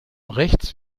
rechts